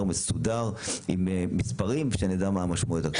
מסודר עם מספרים כדי שנדע מה המשמעויות.